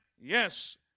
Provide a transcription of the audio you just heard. yes